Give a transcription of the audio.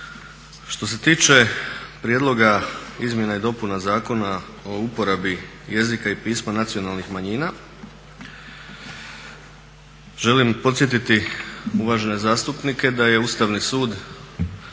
Što se tiče Prijedloga izmjena i dopuna Zakona o uporabi jezika i pisma nacionalnih manjina, želim podsjetiti uvažene zastupnike da je Ustavni sud